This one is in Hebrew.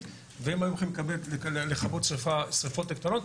והם היו יכולים לכבות שריפות יותר קטנות,